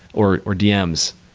or or dms.